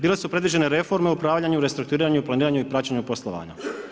Bile su predviđene reforme o upravljanju, restrukturiranju, planiranju i praćenju poslovanja.